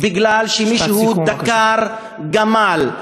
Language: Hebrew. בגלל שמישהו דקר גמל.